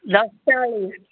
ଦଶଟା ବେଳୁ